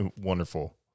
wonderful